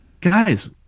guys